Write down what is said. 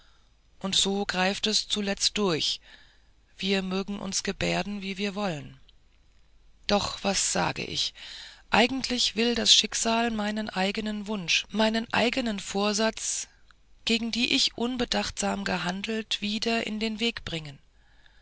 und so greift es zuletzt durch wir mögen uns gebärden wie wir wollen doch was sag ich eigentlich will das schicksal meinen eigenen wunsch meinen eigenen vorsatz gegen die ich unbedachtsam gehandelt wieder in den weg bringen